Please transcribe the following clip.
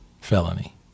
felony